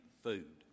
food